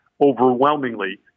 overwhelmingly